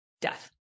death